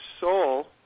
soul